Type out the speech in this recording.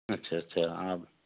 अच्छा अच्छा आब